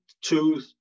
two